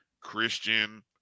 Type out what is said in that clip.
Christian